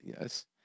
yes